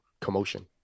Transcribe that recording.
commotion